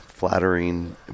flattering